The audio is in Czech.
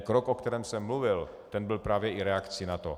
Krok, o kterém jsem mluvil, ten byl právě i reakcí na to.